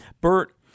Bert